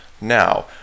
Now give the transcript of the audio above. now